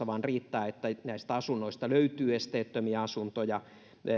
vaan riittää että näistä taloista löytyy esteettömiä asuntoja